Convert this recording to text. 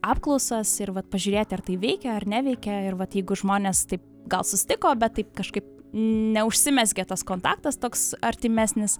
apklausas ir vat pažiūrėti ar tai veikia ar neveikia ir vat jeigu žmonės taip gal susitiko bet taip kažkaip neužsimezgė tas kontaktas toks artimesnis